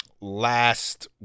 last